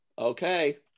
Okay